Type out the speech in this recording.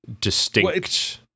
distinct